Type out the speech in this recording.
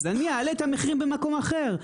אז אני אעלה את המחירים במקום אחר.